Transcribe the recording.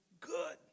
good